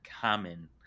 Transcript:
common